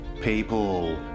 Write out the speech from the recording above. people